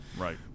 Right